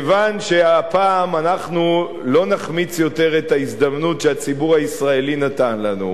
כיוון שהפעם אנחנו לא נחמיץ את ההזדמנות שהציבור הישראלי נתן לנו,